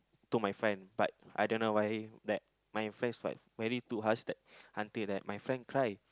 to my friend but I don't know why that my friends like very too harsh that until like my friend cry